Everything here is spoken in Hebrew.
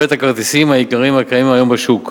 את הכרטיסים העיקריים הקיימים היום בשוק,